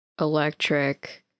electric